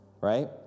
Right